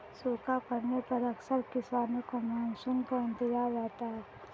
सूखा पड़ने पर अक्सर किसानों को मानसून का इंतजार रहता है